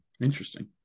interesting